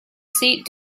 seat